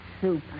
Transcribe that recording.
soup